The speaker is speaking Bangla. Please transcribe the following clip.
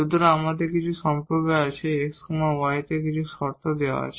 সুতরাং আমাদের কিছু সম্পর্ক আছে x y তে কিছু শর্ত দেওয়া আছে